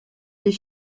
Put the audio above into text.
des